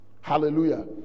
Hallelujah